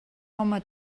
home